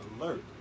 alert